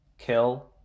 Kill